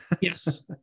yes